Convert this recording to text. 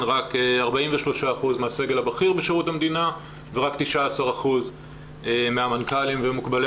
הן רק 43% מהסגל הבכיר בשירות המדינה ורק 19% מהמנכ"לים ומוקבלי